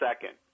second